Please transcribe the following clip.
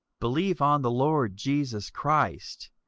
believe on the lord jesus christ,